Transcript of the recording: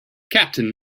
captain